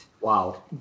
wow